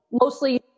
mostly